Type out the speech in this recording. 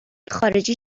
خارجی